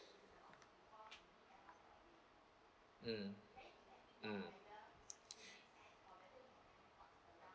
mm mm